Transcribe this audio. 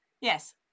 yes